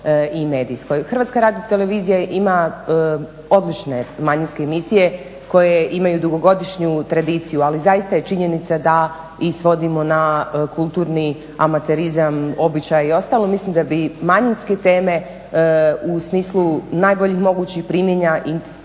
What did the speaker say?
tako i medijskoj. HRT ima odlične manjinske emisije koje imaju dugogodišnju tradiciju, ali zaista je činjenica da i svodimo na kulturni amaterizam, običaje i ostalo. Mislim da bi manjinske teme u smislu najboljih mogućih primjera i